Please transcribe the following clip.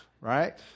right